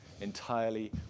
entirely